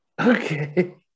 Okay